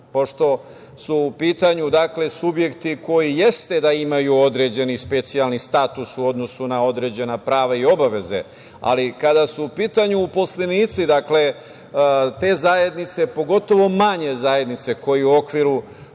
Pošto su u pitanju subjekti koji jeste da imaju određeni specijalni status u odnosu na određena prava i obaveze, ali kada su u pitanju uposlenici te zajednice, pogotovo manje zajednice koje u okviru